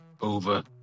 over